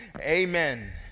Amen